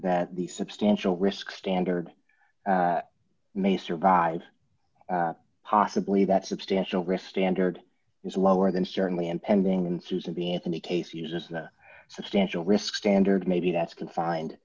that the substantial risk standard may survive possibly that substantial risk standard is lower than certainly impending and susan b anthony case uses the substantial risk standard maybe that's confined